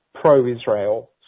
pro-Israel